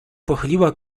pochyliła